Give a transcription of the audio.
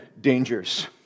dangers